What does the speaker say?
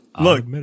Look